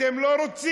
אתם לא רוצים.